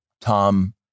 Tom